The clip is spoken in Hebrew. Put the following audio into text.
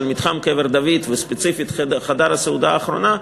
מתחם קבר דוד וספציפית חדר הסעודה האחרונה,